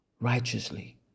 righteously